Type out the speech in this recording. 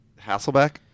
Hasselbeck